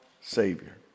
Savior